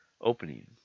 opening